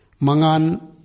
Mangan